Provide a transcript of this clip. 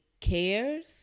cares